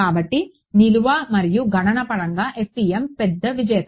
కాబట్టి నిల్వ మరియు గణన పరంగా FEM పెద్ద విజేత